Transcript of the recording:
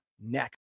next